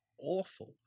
awful